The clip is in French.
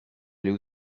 aller